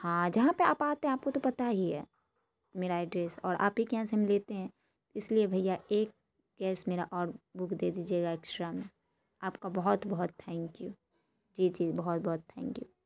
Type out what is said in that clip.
ہاں جہاں پہ آپ آتے ہیں آپ کو تو پتا ہی ہے میرا ایڈریس اور آپ ہی کے یہاں سے ہم لیتے ہیں اس لیے بھیا ایک گیس میرا اور بک دے دیجیے گا ایکسٹرا میں آپ کا بہت بہت تھینک یو جی جی بہت بہت تھینک یو